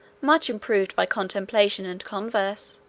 much improved by contemplation and converse,